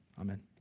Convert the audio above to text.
Amen